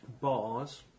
bars